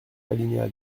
alinéa